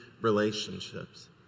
relationships